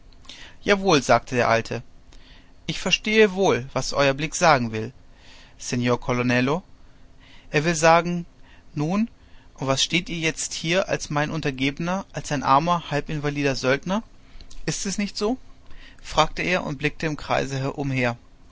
jawohl sagte der alte ich verstehe wohl was euer blick sagen will seor colonnello er will sagen nun und was steht ihr hier jetzt als mein untergebener als ein armer halbinvalider söldner ist es nicht so fragte er und blickte im kreise umher